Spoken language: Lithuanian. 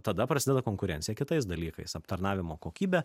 tada prasideda konkurencija kitais dalykais aptarnavimo kokybe